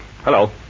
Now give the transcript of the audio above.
Hello